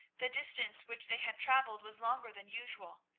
the distance which they had travelled was longer than usual,